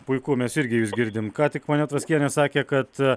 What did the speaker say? puiku mes irgi jus girdim ką tik ponia tvaskienė sakė kad